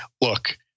Look